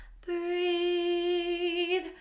breathe